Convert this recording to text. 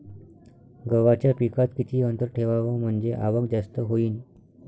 गव्हाच्या पिकात किती अंतर ठेवाव म्हनजे आवक जास्त होईन?